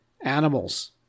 Animals